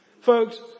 Folks